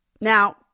Now